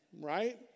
Right